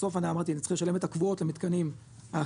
בסוף אני אמרתי אני צריך לשלם את הקבועות למיתקנים האחרים,